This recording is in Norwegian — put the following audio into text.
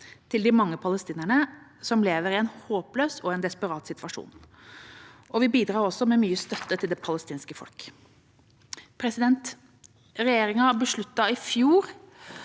til de mange palestinerne som lever i en håpløs og desperat situasjon. Vi bidrar også med mye støtte til det palestinske folk. Regjeringa besluttet i fjor